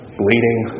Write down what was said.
bleeding